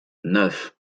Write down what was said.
neuf